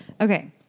Okay